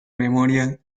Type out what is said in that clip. memoria